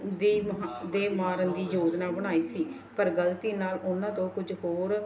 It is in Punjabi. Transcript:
ਦੇ ਮ ਦੇ ਮਾਰਨ ਦੀ ਯੋਜਨਾ ਬਣਾਈ ਸੀ ਪਰ ਗਲਤੀ ਨਾਲ ਉਹਨਾਂ ਤੋਂ ਕੁਝ ਹੋਰ